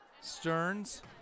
Stearns